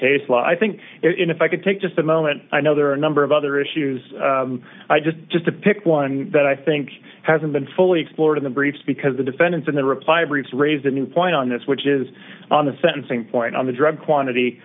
case law i think if i could take just a moment i know there are a number of other issues i just just to pick one that i think hasn't been fully explored in the briefs because the defendants in the reply brief raised a new point on this which is on the sentencing point on the drug quantity